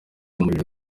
umuriro